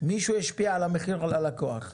מישהו השפיע על המחיר ללקוח.